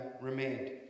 remained